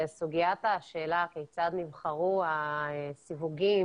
לסוגיית השאלה כיצד נבחרו הסיווגים